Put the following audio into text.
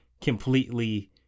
completely